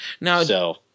Now